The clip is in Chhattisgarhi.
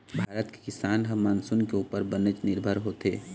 भारत के किसानी ह मानसून के उप्पर बनेच निरभर होथे